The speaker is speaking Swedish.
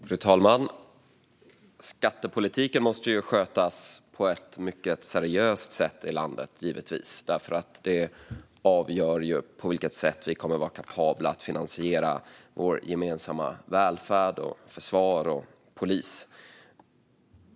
Fru talman! Skattepolitiken i landet måste givetvis skötas på ett mycket seriöst sätt, för den avgör på vilket sätt vi kommer att vara kapabla att finansiera vår gemensamma välfärd, vårt försvar och vår polis.